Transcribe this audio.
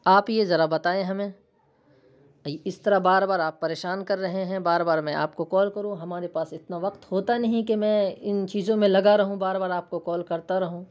آپ یہ ذرا بتائیں ہمیں اس طرح بار بار آپ پریشان کر رہے ہیں بار بار میں آپ کو کال کروں ہمارے پاس اتنا وقت ہوتا نہیں کہ میں ان چیزوں میں لگا رہوں بار بار آپ کو کال کرتا رہوں